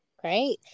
Great